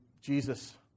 Jesus